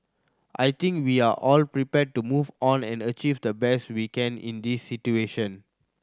I think we are all prepared to move on and achieve the best we can in this situation